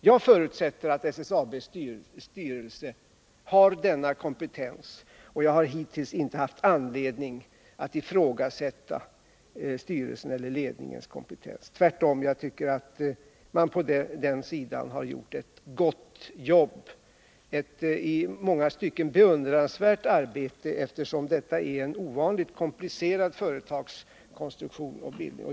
Jag utgår ifrån att SSAB:s styrelse har denna kompetens, och jag har hittills inte haft anledning att ifrågasätta styrelsens eller ledningens förmåga. Tvärtom tycker jag att man på det hållet har gjort ett gott, ja i många stycken beundransvärt arbete, eftersom det är fråga om en ovanligt komplicerad företagskonstruktion.